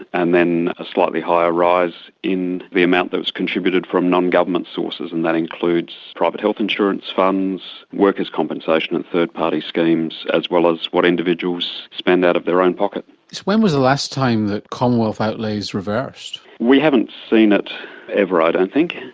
and then a slightly higher rise in the amount that's contributed from non-government sources, and that includes private health insurance funds, workers compensation and third-party schemes, as well as what individuals spend out of their own pocket. so when was the last time that commonwealth outlays reversed? we haven't seen it ever, i don't think.